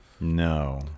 No